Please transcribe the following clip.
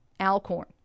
Alcorn